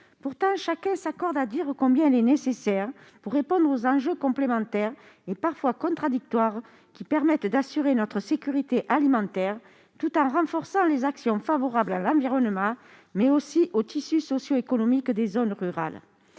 Pourtant, chacun s'accorde à dire combien elle est nécessaire pour répondre aux enjeux complémentaires et parfois contradictoires qui permettent d'assurer notre sécurité alimentaire, tout en renforçant les actions favorables à l'environnement mais aussi au tissu socioéconomique des zones rurales.